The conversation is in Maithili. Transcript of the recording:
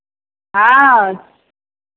हँ